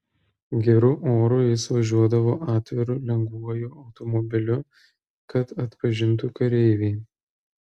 geru oru jis važiuodavo atviru lengvuoju automobiliu kad atpažintų kareiviai